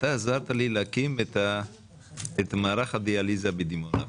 אתה עזרת לי להקים את מערך הדיאליזה בדימונה.